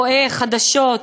רואה חדשות,